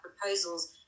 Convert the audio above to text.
proposals